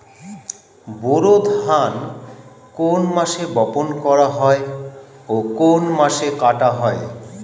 বোরো ধান কোন মাসে বপন করা হয় ও কোন মাসে কাটা হয়?